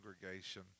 congregation